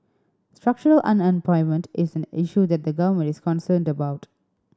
structural unemployment is an issue that the Government is concerned about